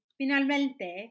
finalmente